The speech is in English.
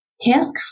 Task